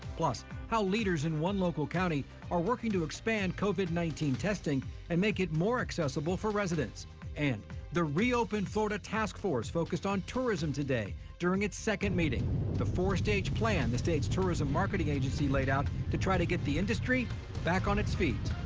plus how leaders in one local county are working to expand covid nineteen testing and make it more accessible for residents and the reopen florida task force focused on tourism today during its second meeting the four-stage plan the state's tourism marketing agency laid out to try to get the industry back on its feet.